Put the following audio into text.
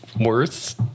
worse